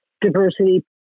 diversity